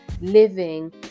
living